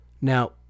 Now